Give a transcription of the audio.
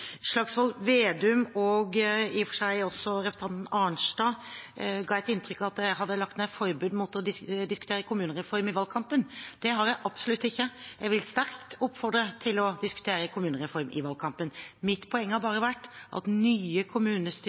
Slagsvold Vedum, og i og for seg også representanten Arnstad, ga inntrykk av at jeg hadde lagt ned forbud mot å diskutere kommunereformen i valgkampen. Det har jeg absolutt ikke. Jeg vil sterkt oppfordre til å diskutere kommunereformen i valgkampen. Mitt poeng har bare vært at nye kommunestyrer